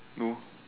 no